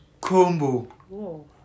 combo